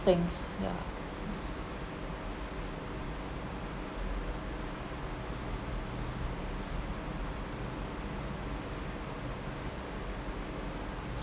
things ya